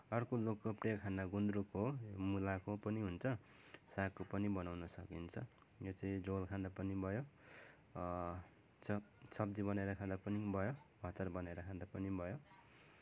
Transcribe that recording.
आर्को लोकप्रिय खाना गुन्द्रुक हो मूलाको पनि हुन्छ सागको पनि बनाउन सकिन्छ यो चाहिँ झोल खाँदा पनि भयो सब सब्जी बनाएर खाँदा पनि भयो अचार बनाएर खाँदा पनि भयो